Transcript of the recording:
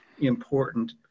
important